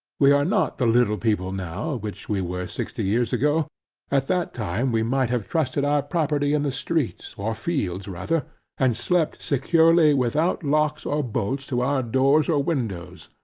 we are not the little people now, which we were sixty years ago at that time we might have trusted our property in the streets, or fields rather and slept securely without locks or bolts to our doors or windows.